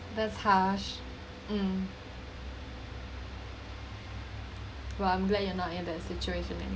these harsh mm well I'm glad you are not in that situation anymore